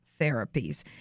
therapies